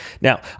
Now